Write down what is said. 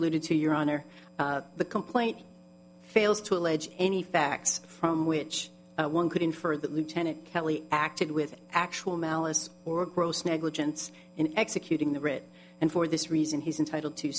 alluded to your honor the complaint fails to allege any facts from which one could infer that lieutenant calley acted with actual malice or gross negligence in executing the writ and for this reason he's entitled to